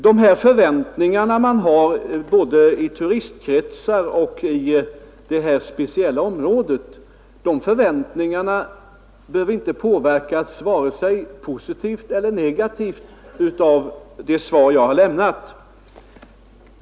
De förväntningar man ställer i både turistkretsar i allmänhet och inom detta speciella område behöver inte påverkas vare sig positivt eller negativt av det svar jag har lämnat.